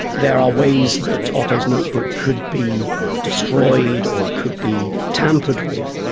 there are ways that otto's notebook could be destroyed or could be tampered with,